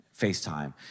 FaceTime